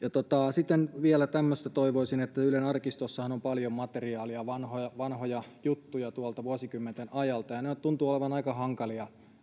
sitten vielä tämmöistä toivoisin ylen arkistossahan on paljon materiaalia vanhoja vanhoja juttuja vuosikymmenten ajalta ja ne tuntuvat ehkä olevan aika hankalia